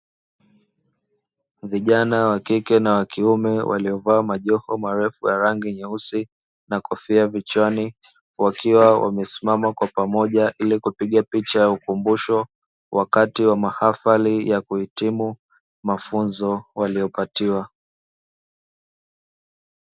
Vijana wa kike na wa kiume walio vaa majoho marefu ya rangi nyeusi na kofia vichwani, wakiwa wamesimama kwa pamoja ili kupiga picha ya ukumbusho wakati wa mahafali ya kuhitimu mafunzo walio patiwa.